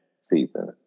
season